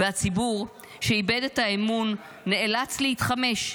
והציבור, שאיבד את האמון, נאלץ להתחמש.